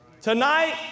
tonight